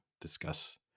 discuss